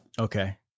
Okay